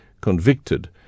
convicted